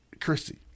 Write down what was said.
Christy